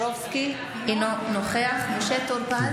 אינו נוכח משה טור פז,